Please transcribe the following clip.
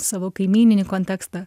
savo kaimyninį kontekstą